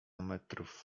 metrów